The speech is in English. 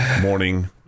morning